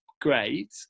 great